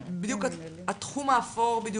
התחום האפור שבדיוק